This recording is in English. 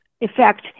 effect